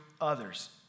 others